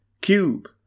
Cube